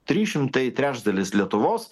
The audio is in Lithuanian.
trys šimtai trečdalis lietuvos